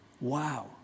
wow